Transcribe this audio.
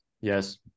Yes